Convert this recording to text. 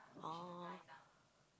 oh